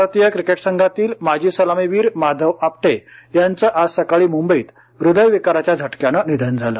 भारतीय क्रीकेट संघातील माजी सलामीवीर माधव आपटे यांचं आज सकाळी मुंबईत हृदय विकाराच्या झटक्यानं निधन झालं